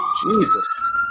Jesus